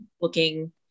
looking